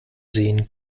sehen